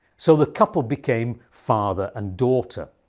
so the couple became father and daughter.